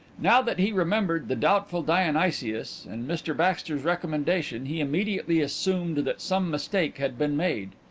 now that he remembered the doubtful dionysius and mr baxter's recommendation he immediately assumed that some mistake had been made.